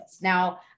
Now